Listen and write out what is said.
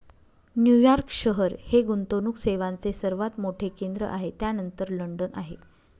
New York शहर हे गुंतवणूक सेवांचे सर्वात मोठे केंद्र आहे त्यानंतर लंडन आहे